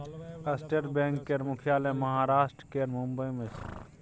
state bank केर मुख्यालय महाराष्ट्र केर मुंबई मे छै